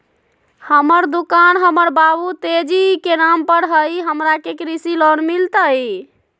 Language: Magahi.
हमर दुकान हमर बाबु तेजी के नाम पर हई, हमरा के कृषि लोन मिलतई?